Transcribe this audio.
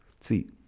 See